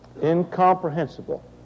incomprehensible